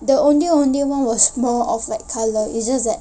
the ondeh-ondeh one was more of like colour it's just that